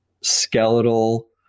skeletal